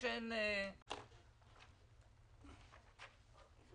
כמובן שיכול להיות שמישהו בוחר לעשן רק חלק